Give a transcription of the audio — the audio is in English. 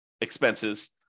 expenses